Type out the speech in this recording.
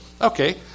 Okay